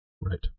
Right